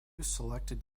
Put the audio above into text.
selected